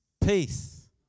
Peace